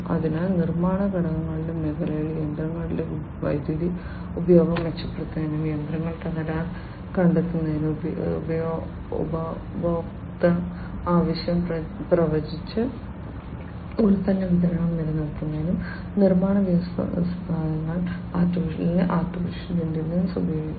അതിനാൽ നിർമ്മാണ ഘടകങ്ങളുടെ മേഖലയിൽ യന്ത്രങ്ങളുടെ വൈദ്യുതി ഉപഭോഗം മെച്ചപ്പെടുത്തുന്നതിനും യന്ത്രങ്ങളുടെ തകരാർ കണ്ടെത്തുന്നതിനും ഉപഭോക്തൃ ആവശ്യം പ്രവചിച്ച് ഉൽപ്പന്ന വിതരണം നിലനിർത്തുന്നതിനും നിർമ്മാണ വ്യവസായങ്ങൾ AI ഉപയോഗിക്കാം